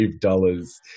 dollars